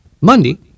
Monday